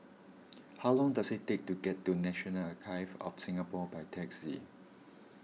how long does it take to get to National Archives of Singapore by taxi